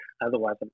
otherwise